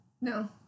No